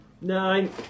Nine